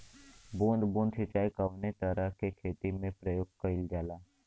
बूंद बूंद सिंचाई कवने तरह के खेती में प्रयोग कइलजाला?